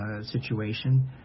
situation